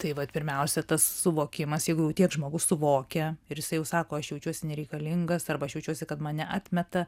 tai vat pirmiausia tas suvokimas jeigu jau tiek žmogus suvokia ir jisai jau sako aš jaučiuosi nereikalingas arba aš jaučiuosi kad mane atmeta